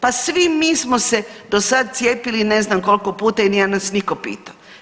Pa svi mi smo se do sada cijepili i ne znam koliko puta i nije nas nitko pitao.